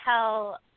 tell